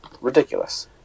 Ridiculous